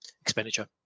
expenditure